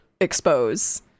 expose